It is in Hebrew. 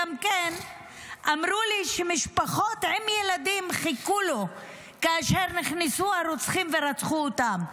גם אמרו לי שמשפחות עם ילדים חיכו לו כאשר נכנסו הרוצחים ורצחו אותו.